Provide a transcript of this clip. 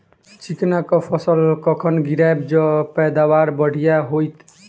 चिकना कऽ फसल कखन गिरैब जँ पैदावार बढ़िया होइत?